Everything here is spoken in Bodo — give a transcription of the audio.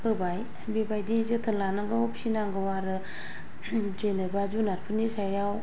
होबाय बेबायदि जोथोन लानांगौ फिसिनांगौ आरो जेनेबा जुनादफोरनि सायाव